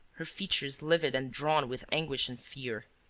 her features livid and drawn with anguish and fear.